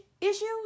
issues